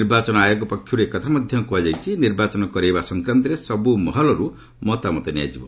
ନିର୍ବାଚନ ଆୟୋଗ ପକ୍ଷରୁ ଏକଥା ମଧ୍ୟ କୁହାଯାଇଛି ନିର୍ବାଚନ କରାଇବା ସଂକ୍ରାନ୍ତରେ ସବୁ ମହଲରୁ ମତାମତ ନିଆଯିବ